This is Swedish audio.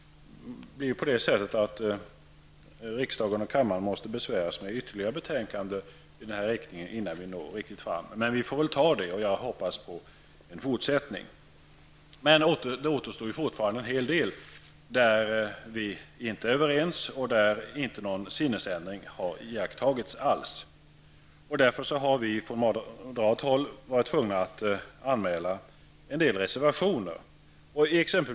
Riksdagen och kammaren måste besväras med att ta ställning till ytterligare betänkanden innan vi når fram till målet. Men det är något som vi får ta, och jag hoppas i detta fall på en god fortsättning. Det finns fortfarande en hel del saker som vi inte är överens om. I fråga om dessa har ingen sinnesförändring iakttagits från socialdemokraterna. Därför har vi moderater varit tvungna att anmäla några reservationer.